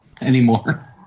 anymore